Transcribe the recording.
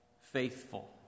faithful